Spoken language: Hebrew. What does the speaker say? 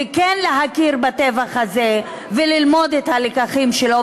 וכן להכיר בטבח הזה וללמוד את הלקחים שלו,